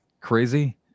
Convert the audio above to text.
crazy